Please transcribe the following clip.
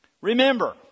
Remember